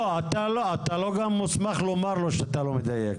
לא, אתה גם לא מוסמך לומר לו שהוא לא מדייק.